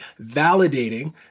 validating